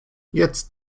jetzt